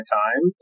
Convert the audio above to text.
time